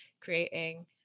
creating